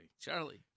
Charlie